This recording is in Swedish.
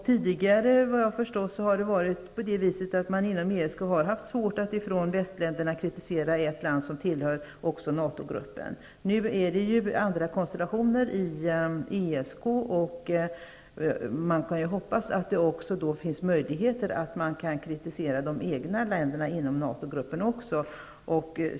Tidigare har västländerna inom ESK haft det svårt att kritisera ett land som också tillhör NATO gruppen. Nu är det andra konstellationer i ESK, och man kan hoppas att det nu finns möjligheter att kritisera de ''egna'' länderna inom NATO-gruppen.